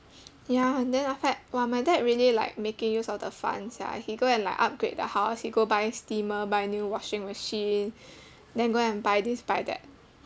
ya then after that !wah! my dad really like making use of the fund sia he go and like upgrade the house he go buy steamer buy new washing machine then go and buy this buy that